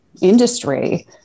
industry